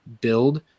build